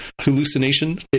hallucination